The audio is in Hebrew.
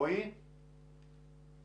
את כל הדיון והבנתי גם מהדברים של חבריי